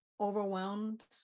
overwhelmed